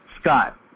Scott